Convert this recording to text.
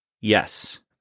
Yes